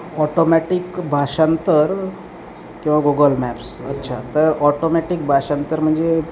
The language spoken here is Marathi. ऑटोमॅटिक भाषांतर किंवा गुगल मॅप्स अच्छा तर ऑटोमॅटिक भाषांतर म्हणजे